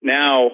now